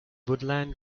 woodland